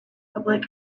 public